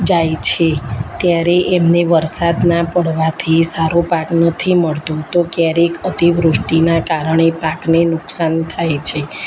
જાય છે ત્યારે એમને વરસાદ ના પાડવાથી સારો પાક નથી મળતો તો ક્યારેક અતિવૃષ્ટિનાં કારણે પાકને નુકસાન થાય છે